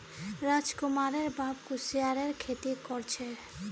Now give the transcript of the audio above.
राजकुमारेर बाप कुस्यारेर खेती कर छे